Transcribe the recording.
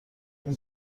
این